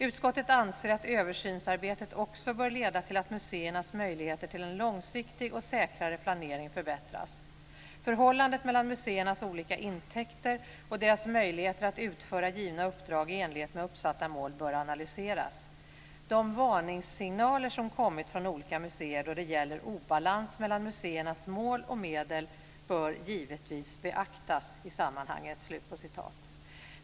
Utskottet anser att översynsarbetet också bör leda till att museernas möjligheter till en långsiktig och säkrare planering förbättras. Förhållandet mellan museernas olika intäkter och deras möjligheter att utföra givna uppdrag i enlighet med uppsatta mål bör analyseras. De varningssignaler som kommit från olika museer då det gäller obalans mellan museernas mål och medel bör givetvis beaktas i sammanhanget."